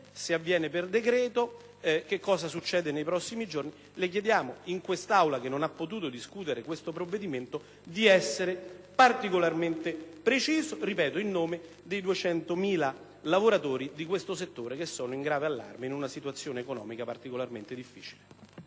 se sarà per decreto e cosa succederà nei prossimi giorni. Le chiediamo in quest'Aula, che non ha potuto discutere questo provvedimento, di essere particolarmente preciso, in nome dei 200.000 lavoratori di questo settore, che sono in grave allarme in una situazione economica particolarmente difficile.